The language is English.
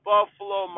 Buffalo